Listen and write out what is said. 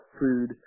food